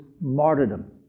martyrdom